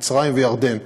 מצרים וירדן.